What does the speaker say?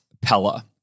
Pella